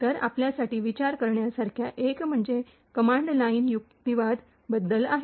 तर आपल्यासाठी विचार करण्यासारख्या एक म्हणजे कमांड लाइन युक्तिवाद बद्दल आहे